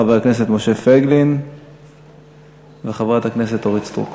חבר הכנסת משה פייגלין וחברת הכנסת אורית סטרוק